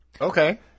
Okay